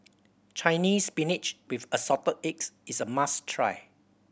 Chinese Spinach with Assorted Eggs is a must try